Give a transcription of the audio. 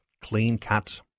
clean-cut